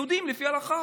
יהודים לפי ההלכה